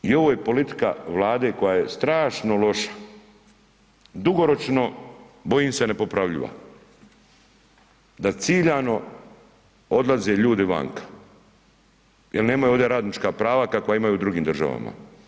I ovo je politika Vlade koja je strašno loša, dugoročno bojim se ne popravljiva da ciljano odlaze ljudi vanka jer nemaju ovdje radnička prava kakva imaju u drugim državama.